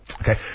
Okay